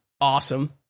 awesome